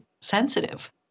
sensitive